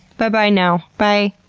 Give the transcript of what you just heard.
bye bye now. bye.